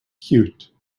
cute